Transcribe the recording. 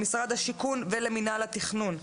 למשרד השיכון ולמינהל התכנון,